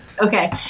okay